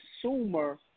consumer